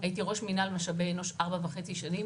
הייתי ראש מנהל משאבי אנוש 4.5 שנים,